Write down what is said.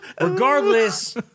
Regardless